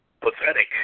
pathetic